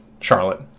Charlotte